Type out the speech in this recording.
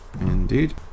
Indeed